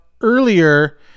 earlier